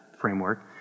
framework